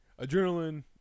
adrenaline